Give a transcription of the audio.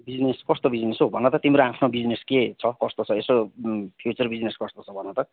business कस्तो business हो भन त तिम्रो आफ्नो बिजनेस के छ कस्तो छ यसो फ्युचर बिजनेस कस्तो छ भन त